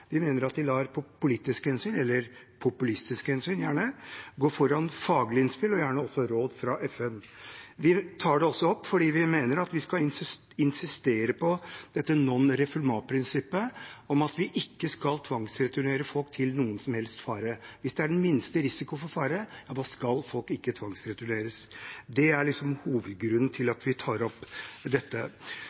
Vi mener at de lar politiske hensyn – eller gjerne populistiske hensyn – gå foran faglige innspill og gjerne også råd fra FN. Vi tar det også opp fordi vi mener at vi skal insistere på dette non refoulement-prinsippet om at vi ikke skal tvangsreturnere folk til noen som helst fare. Hvis det er den minste risiko for fare, skal folk ikke tvangsreturneres. Det er hovedgrunnen til at vi tar opp dette.